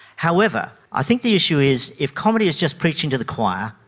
however, i think the issue is if comedy is just preaching to the choir,